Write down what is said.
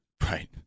right